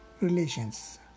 Relations